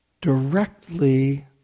directly